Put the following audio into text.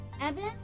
Evan